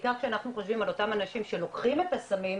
בעיקר כשאנחנו חושבים על אותם אנשים שלוקחים את הסמים,